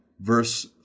verse